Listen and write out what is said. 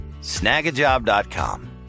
snagajob.com